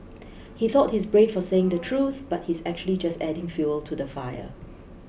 he thought he's brave for saying the truth but he's actually just adding fuel to the fire